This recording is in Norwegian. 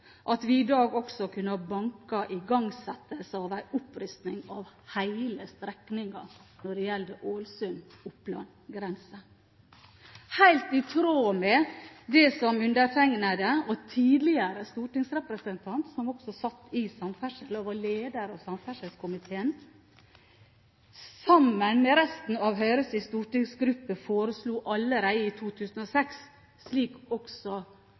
at vi i dag også kunne ha banket gjennom igangsettelsen av en opprustning av hele strekningen Ålesund–Oppland grense, helt i tråd med det som undertegnede og en tidligere stortingsrepresentant, som også var leder av samferdselskomiteen, sammen med resten av Høyres stortingsgruppe, foreslo allerede i 2006, og slik også